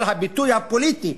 אבל הביטוי הפוליטי,